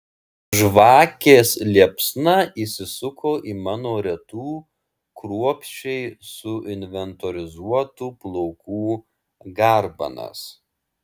žvakės liepsna įsisuko į mano retų kruopščiai suinventorizuotų plaukų garbanas